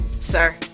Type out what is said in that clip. sir